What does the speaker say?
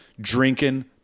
drinking